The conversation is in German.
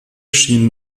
schien